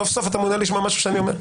סוף-סוף אתה מעוניין לשמוע משהו שאני אומר.